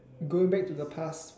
going back to the past